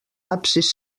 absis